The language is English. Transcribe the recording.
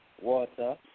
water